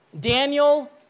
Daniel